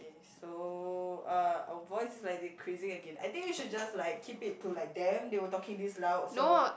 okay so uh our voice is like decreasing again I think we should just like keep it to like them they were talking this loud so